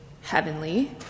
heavenly